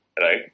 right